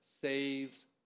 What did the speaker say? Saves